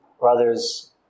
brothers